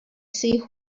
see